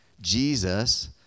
Jesus